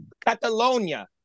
Catalonia